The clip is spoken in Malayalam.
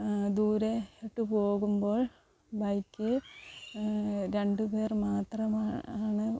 ദൂരോട്ട് പോകുമ്പോൾ ബൈക്കിൽ രണ്ട് പേർ മാത്രമാണ്